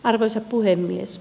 arvoisa puhemies